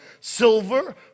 silver